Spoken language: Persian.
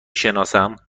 سناسم